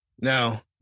Now